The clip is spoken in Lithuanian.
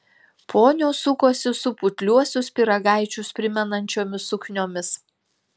ponios sukosi su putliuosius pyragaičius primenančiomis sukniomis